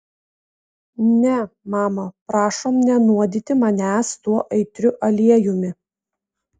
ne mama prašom nenuodyti manęs tuo aitriu aliejumi